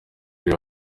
bari